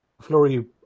flurry